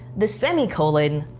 the semi-colon,